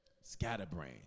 Scatterbrain